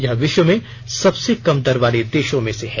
यह विश्व में सबसे कम दर वाले देशों में से है